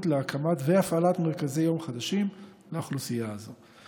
בהקמת ובהפעלת מרכזי יום חדשים לאוכלוסייה זו.